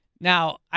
Now